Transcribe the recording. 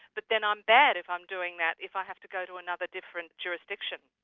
but then i'm bad if i'm doing that if i have to go to another different jurisdiction.